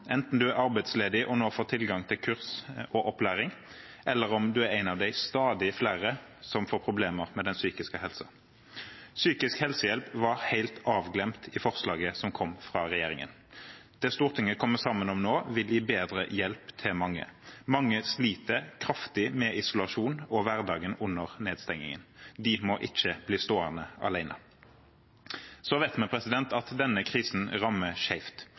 enten man er arbeidsledig og nå har fått tilgang til kurs og opplæring, eller om man er en av de stadig flere som får problemer med den psykiske helsen. Psykisk helsehjelp var helt glemt i forslaget som kom fra regjeringen. Det Stortinget kommer sammen om nå, vil gi bedre hjelp til mange. Mange sliter kraftig med isolasjon og hverdagen under nedstengingen. De må ikke bli stående alene. Vi vet at denne krisen rammer